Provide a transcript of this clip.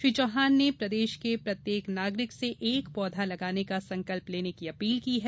श्री चौहान ने प्रदेश के प्रत्येक नागरिक से एक पौधा लगाने का संकल्प लेने की अपील की है